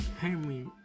Henry